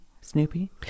Snoopy